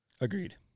Agreed